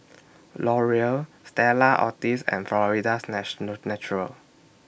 Laurier Stella Artois and Florida's National Natural